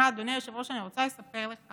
שמע, אדוני היושב-ראש, אני רוצה לספר לך